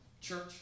Church